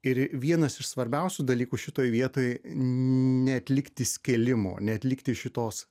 ir vienas iš svarbiausių dalykų šitoje vietoj neatlikti skėlimo neatlikti šitos